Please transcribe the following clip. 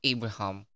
Abraham